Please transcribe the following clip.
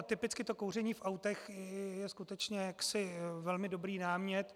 Typicky to kouření v autech je skutečně velmi dobrý námět.